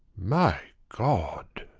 my god!